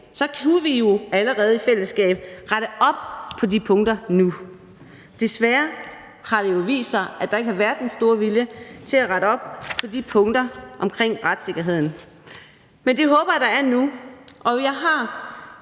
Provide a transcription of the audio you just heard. så kunne vi jo allerede i fællesskab rette op på de punkter nu. Desværre har det jo vist sig, at der ikke har været den store vilje til at rette op på de punkter omkring retssikkerheden. Men det håber jeg der er nu, og jeg har